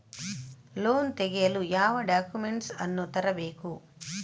Loan ತೆಗೆಯಲು ಯಾವ documents ಅನ್ನು ತರಬೇಕು?